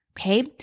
Okay